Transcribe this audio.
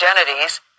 identities